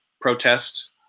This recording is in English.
protest